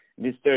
Mr